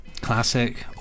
classic